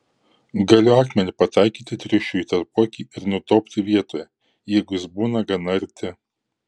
galiu akmeniu pataikyti triušiui į tarpuakį ir nudobti vietoje jeigu jis būna gana arti